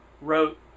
wrote